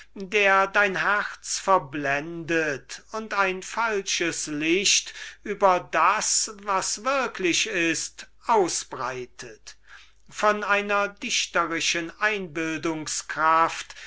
der dein herz verblendet und ein falsches licht über das was würklich ist ausbreitet einer dichterischen